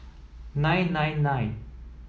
nine nine nine